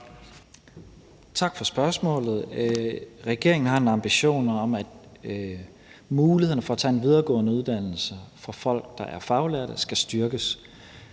Tak for spørgsmålet. Regeringen har en ambition om, at mulighederne for at tage en videregående uddannelse for folk, der er faglærte, skal styrkes.